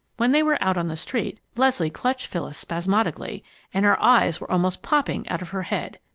when they were out on the street, leslie clutched phyllis spasmodically and her eyes were almost popping out of her head.